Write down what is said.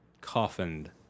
Coffined